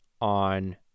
on